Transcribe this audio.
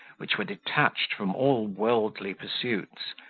which were detached from all worldly pursuits,